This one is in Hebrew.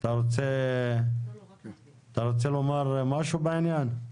אתה רוצה לומר משהו בעניין?